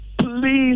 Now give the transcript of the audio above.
please